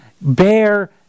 bear